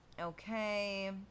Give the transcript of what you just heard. Okay